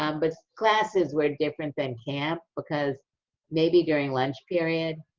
um but classes were different than camp, because maybe during lunch period,